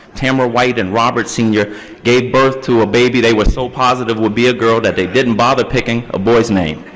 tamara white and robert senior gave birth to a baby they were so positive would be a girl that they didn't bother picking a boy's name.